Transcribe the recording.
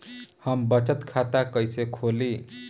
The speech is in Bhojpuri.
हम बचत खाता कइसे खोलीं?